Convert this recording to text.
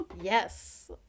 Yes